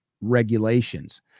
regulations